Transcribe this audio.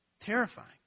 Terrifying